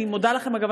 אני מודה לכם, אגב.